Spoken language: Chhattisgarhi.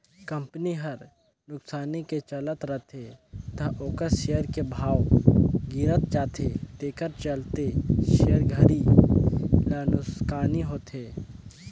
कंपनी हर नुकसानी मे चलत रथे त ओखर सेयर के भाव गिरत जाथे तेखर चलते शेयर धारी ल नुकसानी होथे